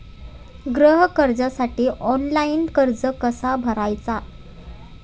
गृह कर्जासाठी ऑनलाइन अर्ज कसा भरायचा?